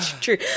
true